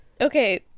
Okay